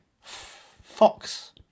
Fox